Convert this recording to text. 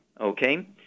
okay